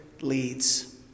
leads